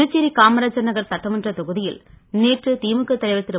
புதுச்சேரி காமராஜ் நகர் சட்டமன்றத் தொகுதியில் நேற்று திமுக தலைவர் திரு